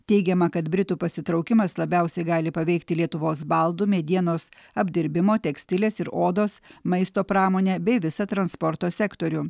teigiama kad britų pasitraukimas labiausiai gali paveikti lietuvos baldų medienos apdirbimo tekstilės ir odos maisto pramonę bei visą transporto sektorių